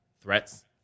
threats